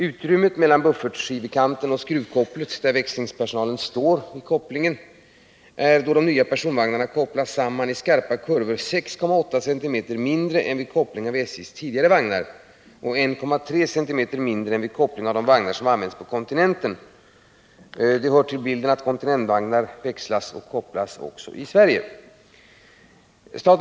Utrymmet mellan buffertskivekanten och skruvkopplet, där växlingspersonalen står vid koppling, är då de nya personvagnarna kopplas samman i skarpa kurvor 6.8 cm mindre än vid koppling av SJ:s tidigare vagnar och 1,3 cm mindre än vid koppling av de vagnar som används på kontinenten. Det hör till bilden att kontinentvagnar växlas och kopplas också i Sverige.